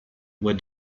with